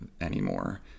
anymore